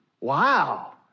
Wow